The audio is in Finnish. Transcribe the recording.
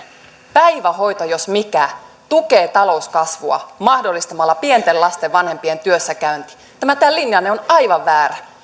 päivähoito jos mikä tukee talouskasvua mahdollistamalla pienten lasten vanhempien työssäkäynnin tämä teidän linjanne on aivan väärä